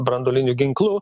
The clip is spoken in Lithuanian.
branduoliniu ginklu